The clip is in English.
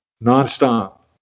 Non-stop